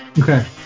Okay